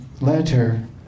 letter